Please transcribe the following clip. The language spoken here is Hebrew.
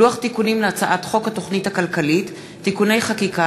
לוח תיקונים להצעת חוק התוכנית הכלכלית (תיקוני חקיקה